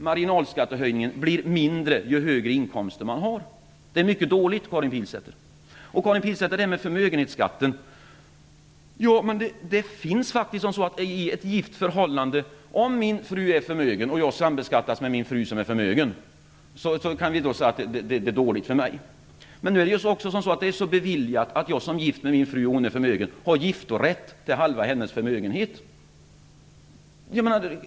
Marginalskattehöjningen blir mindre ju högre inkomster man har. Det är mycket dåligt, Karin Pilsäter. Karin Pilsäter tar upp förmögenhetsskatten. Om min fru är förmögen och jag sambeskattas med henne, kan vi säga att det är dåligt för mig. Men nu är det så beviljat att jag har giftorätt till halva min frus förmögenhet.